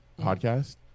podcast